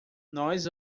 nós